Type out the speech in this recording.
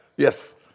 Yes